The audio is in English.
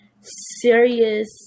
serious